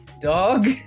dog